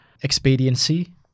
expediency